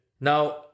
Now